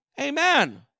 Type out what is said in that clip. Amen